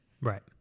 Right